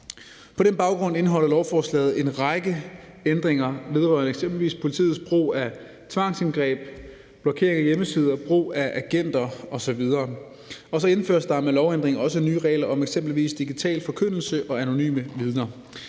På den baggrund indeholder lovforslaget en række ændringer vedrørende eksempelvis politiets brug af tvangsindgreb, blokering af hjemmesider, brug af agenter osv. Og så indføres der med lovændringen også nye regler om f.eks. digital forkyndelse og anonyme vidner.